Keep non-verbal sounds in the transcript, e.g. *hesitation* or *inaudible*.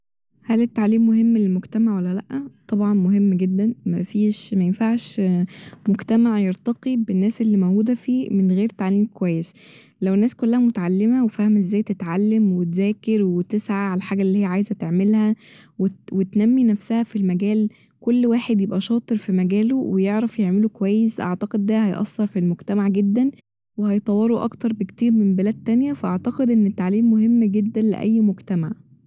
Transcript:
هل التعليم مهم للمجتمع ولا لا؟ طبعا مهم جدا مفيش مينفعش *hesitation* مجتمع يرتقي بالناس اللي موجودة فيه من غير تعليم كويس لو الناس كلها متعلمة وفاهمة ازاي تتعلم وتذاكر وتسعى ع الحاجة اللي هي عايزه تعملها و ت- و تنمي نفسها ف المجال كل واحد يبقى شاطر ف مجاله ويعرف يعمله كويس أعتقد ده هيأثر ف المجتمع جدا وهيطوره أكتر بكتير من بلاد تانية ف أعتقد ان التعليم مهم جدا لأي مجتمع